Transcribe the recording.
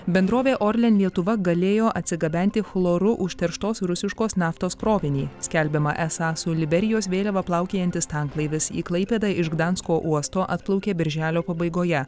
bendrovė orlen lietuva galėjo atsigabenti chloru užterštos rusiškos naftos krovinį skelbiama esą su liberijos vėliava plaukiojantis tanklaivis į klaipėdą iš gdansko uosto atplaukė birželio pabaigoje